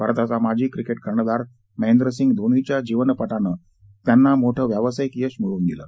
भारताचा माजी क्रिकेट कर्णधार महेंद्रसिंग धोनीच्या जीवनपटानं त्यांना मोठं व्यावसायिक यश मिळवून दिलं